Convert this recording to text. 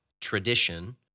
tradition